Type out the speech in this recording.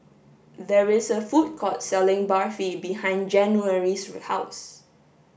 there is a food court selling Barfi behind January's house